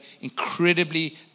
incredibly